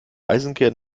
eisenkern